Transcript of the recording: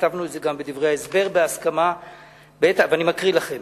כתבנו את זה גם בדברי ההסבר, ואני קורא לכם: